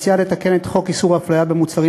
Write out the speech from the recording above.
מציעה לתקן את חוק איסור הפליה במוצרים,